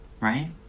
right